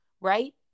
right